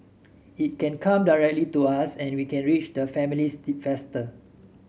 it can come directly to us and we can reach the families faster